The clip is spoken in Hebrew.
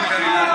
אבוטבול,